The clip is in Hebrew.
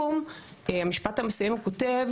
המשפט המסיים הוא כותב,